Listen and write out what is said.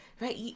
right